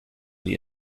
the